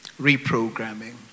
reprogramming